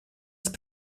есть